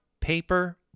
paper